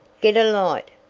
get a light,